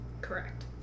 correct